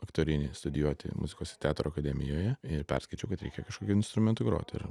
aktorinį studijuoti muzikos i teatro akademijoje i perskaičiau kad reikia kažkokiu instrumentu grot ir